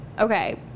okay